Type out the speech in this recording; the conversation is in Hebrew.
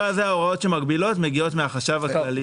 במקרה הזה ההוראות שמגבילות מגיעות מהחשב הכללי.